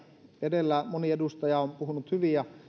edellä moni edustaja on puhunut hyvin ja